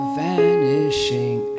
vanishing